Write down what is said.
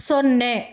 ಸೊನ್ನೆ